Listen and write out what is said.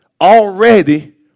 already